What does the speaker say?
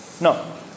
No